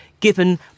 given